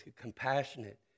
compassionate